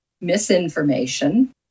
misinformation